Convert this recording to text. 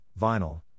vinyl